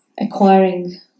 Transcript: acquiring